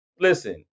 Listen